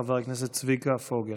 חבר הכנסת צביקה פוגל.